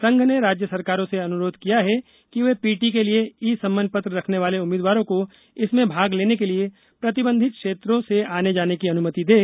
संघ ने राज्य सरकारों से अनुरोध किया है कि वे पीटी के लिए ई सम्मन पत्र रखने वाले उम्मीदवारों को इसमें भाग लेने के लिए प्रतिबंधित क्षेत्रों से आने जाने की अनुमति दें